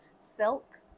Silk